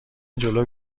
جلو